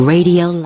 Radio